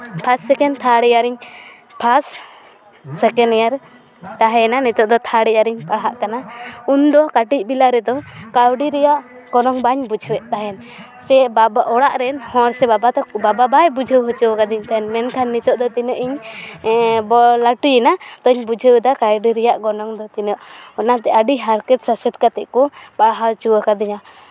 first second third ᱤᱭᱟᱨᱤᱧ first second year ᱛᱟᱦᱮᱸᱭᱮᱱᱟ ᱱᱤᱛᱚᱜ ᱫᱚ ᱛᱷᱟᱨᱰ ᱤᱭᱟᱨᱤᱧ ᱯᱟᱲᱦᱟᱜ ᱠᱟᱱᱟ ᱩᱱ ᱫᱚ ᱠᱟᱹᱴᱤᱡ ᱵᱮᱞᱟ ᱨᱮᱫᱚ ᱠᱟᱹᱣᱰᱤ ᱨᱮᱭᱟᱜ ᱜᱚᱱᱚᱝ ᱵᱟᱹᱧ ᱵᱩᱡᱷᱟᱹᱣᱮᱫ ᱛᱟᱦᱮᱱ ᱥᱮ ᱵᱟᱵᱟ ᱚᱲᱟᱜ ᱨᱮᱱ ᱦᱚᱲ ᱥᱮ ᱵᱟᱵᱟ ᱛᱟᱠᱚ ᱵᱟᱵᱟ ᱵᱟᱭ ᱵᱩᱡᱷᱟᱹᱣ ᱦᱚᱪᱚᱣ ᱠᱟᱹᱫᱤᱧ ᱛᱟᱦᱮᱱ ᱢᱮᱱᱠᱷᱟᱱ ᱱᱤᱛᱚᱜ ᱫᱚ ᱛᱤᱱᱟᱹᱜ ᱤᱧ ᱵᱚ ᱞᱟᱹᱴᱩᱭᱮᱱᱟ ᱛᱚᱧ ᱵᱩᱡᱷᱟᱹᱣ ᱮᱫᱟ ᱠᱟᱹᱣᱰᱤ ᱨᱮᱭᱟᱜ ᱜᱚᱱᱚᱝ ᱫᱚ ᱛᱤᱱᱟᱹᱜ ᱚᱱᱟᱛᱮ ᱟᱹᱰᱤ ᱦᱟᱨᱠᱮᱛ ᱥᱟᱥᱮᱛ ᱠᱟᱛᱮᱫ ᱠᱚ ᱯᱟᱲᱦᱟᱣ ᱦᱚᱪᱚᱣᱟᱠᱟᱫᱤᱧᱟ